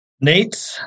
nate